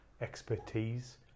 expertise